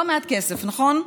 לא מעט כסף, נכון?